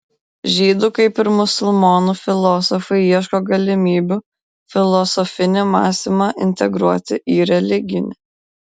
žydų kaip ir musulmonų filosofai ieško galimybių filosofinį mąstymą integruoti į religinį